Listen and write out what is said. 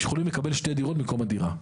יכולים לקבל שתי דירות במקום הדירה.